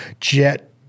jet